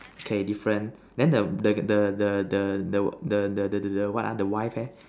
okay different then the the the the the the the the the what ah the wife eh